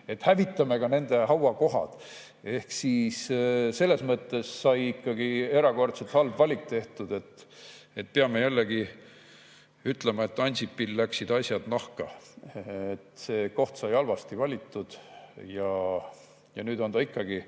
ole, hävitame ka teiste hauakohad. Selles mõttes sai ikkagi erakordselt halb valik tehtud. Peame jällegi ütlema, et Ansipil läksid asjad nahka. See koht sai halvasti valitud ja nüüd on see ikkagi,